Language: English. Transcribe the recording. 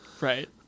Right